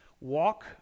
Walk